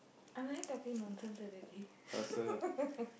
am I talking nonsense already